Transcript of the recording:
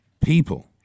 People